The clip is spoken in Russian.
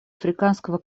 африканского